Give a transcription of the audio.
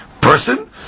person